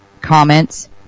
comments